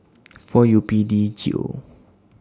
four U P D G O